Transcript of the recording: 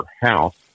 house